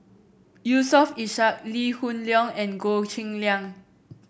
Yusof Ishak Lee Hoon Leong and Goh Cheng Liang